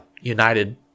United